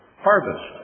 harvest